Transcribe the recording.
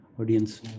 audience